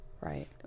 Right